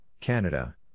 Canada